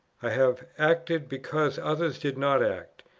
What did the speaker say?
i have acted because others did not act,